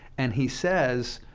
and he says,